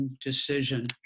Decision